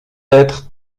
être